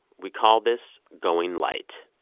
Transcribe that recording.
we call this going light.